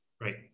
Right